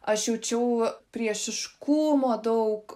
aš jaučiau priešiškumo daug